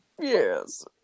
Yes